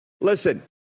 listen